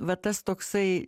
vat tas toksai